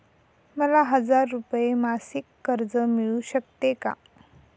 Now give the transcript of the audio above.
मला हजार रुपये मासिक कर्ज मिळू शकते का?